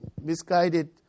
misguided